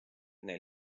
neil